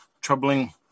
troubling